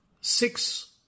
six